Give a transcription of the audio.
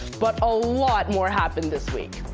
but a lot more happened this week.